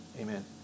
Amen